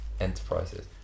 enterprises